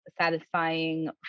satisfying